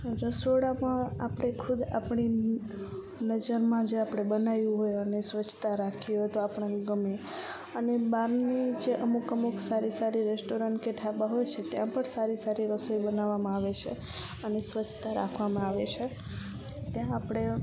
રસોડામાં આપણે ખુદ આપણી નજરમાં જે આપણે બનાવ્યું હોય અને સ્વચ્છતા રાખી હોય તો આપણને ગમે અને બહારની જે અમુક અમુક સારી સારી રેસ્ટોરન્ટ કે ઢાબા હોય છે ત્યાં પણ સારી સારી રસોઈ બનાવામાં આવે છે અને સ્વચ્છતા રાખવામાં આવે છે ત્યાં આપણે